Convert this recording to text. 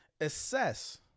assess